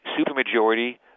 supermajority